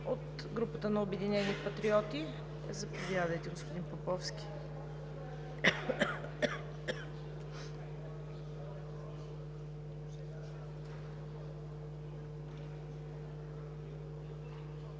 От групата на „Обединени патриоти“? Заповядайте, господин Поповски.